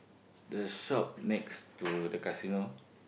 the shop next to the casino